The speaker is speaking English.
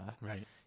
Right